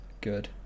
good